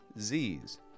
z's